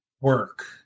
work